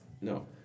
No